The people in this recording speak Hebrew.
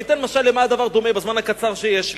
אתן משל למה הדבר דומה, בזמן הקצר שיש לי.